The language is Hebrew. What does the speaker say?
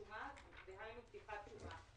147 זה סמכות לתקן שומה, דהיינו פתיחת שומה.